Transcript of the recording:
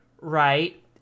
right